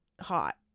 hot